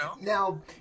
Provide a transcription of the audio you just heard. Now